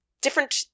different